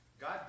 God